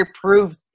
proved